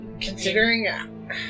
Considering